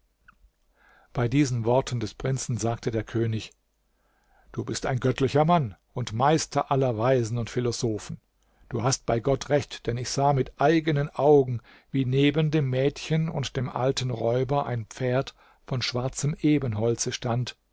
bei diesen worten des prinzen sagte der könig du bist ein göttlicher mann und meister aller weisen und philosophen du hast bei gott recht denn ich sah mit eigenen augen wie neben dem mädchen und dem alten räuber ein pferd von schwarzem ebenholze stand